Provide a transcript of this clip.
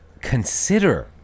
consider